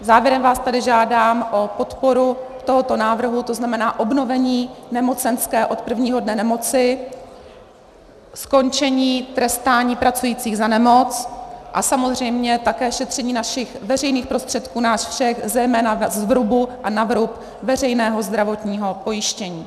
Závěrem vás tedy žádám o podporu tohoto návrhu, to znamená obnovení nemocenské od prvního dne nemoci, skončení trestání pracujících za nemoc a samozřejmě také šetření našich veřejných prostředků nás všech zejména na vrub veřejného zdravotního pojištění.